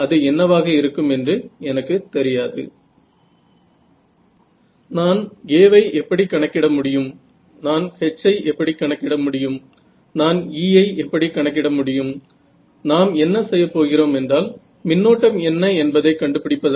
आणि या प्रकारामध्ये आपण मुख्य आव्हान असे पाहिले होते की इनव्हर्स प्रॉब्लेम इल पोस्ड होता